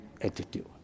attitude